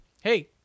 hey